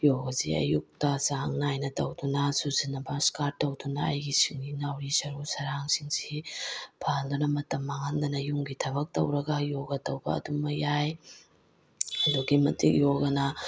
ꯌꯣꯒꯥꯁꯤ ꯑꯌꯨꯛꯇ ꯆꯥꯡꯅꯥꯏꯅ ꯇꯧꯗꯨꯅ ꯇꯧꯗꯨꯅ ꯑꯩꯒꯤ ꯁꯤꯡꯂꯤ ꯅꯥꯎꯔꯤ ꯁꯔꯨ ꯁꯔꯥꯡꯁꯤꯡꯁꯤ ꯐꯍꯟꯗꯨꯅ ꯃꯇꯝ ꯃꯥꯡꯍꯟꯗꯅ ꯌꯨꯝꯒꯤ ꯊꯕꯛ ꯇꯧꯔꯒ ꯌꯣꯒꯥ ꯇꯧꯕ ꯑꯗꯨꯃꯛꯕ ꯌꯥꯏ ꯑꯗꯨꯛꯀꯤ ꯃꯇꯤꯛ ꯌꯣꯒꯥꯅ